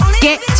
Get